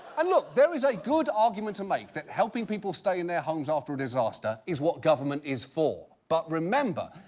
and look, there is a good argument to make that helping people stay in their homes after a disaster is what government is for. but remember,